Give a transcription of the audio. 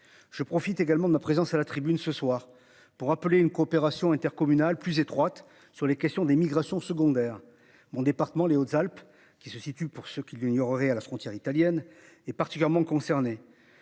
je profite également de la présence à la tribune ce soir pour appeler une coopération intercommunale plus étroite sur les questions d'émigration secondaire mon département les Hautes-Alpes qui se situe pour ceux qui l'ignoreraient, à la frontière italienne est particulièrement concernée.